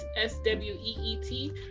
S-W-E-E-T